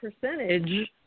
percentage